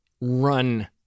run